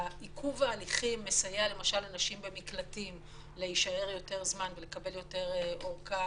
עיכוב ההליכים מסייע לנשים במקלטים להישאר יותר זמן ולקבל אורכה.